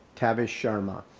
tavish sharma.